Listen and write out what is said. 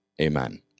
Amen